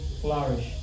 flourish